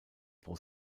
pro